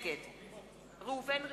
נגד ראובן ריבלין,